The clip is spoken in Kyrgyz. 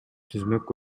түзмөк